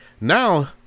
Now